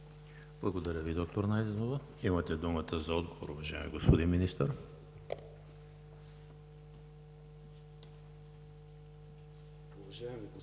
Благодаря Ви, доктор Найденова. Имате думата за отговор, уважаеми господин Министър.